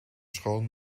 schoon